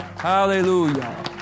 Hallelujah